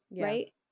Right